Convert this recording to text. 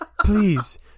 please